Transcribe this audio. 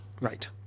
right